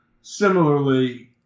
similarly